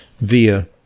via